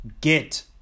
get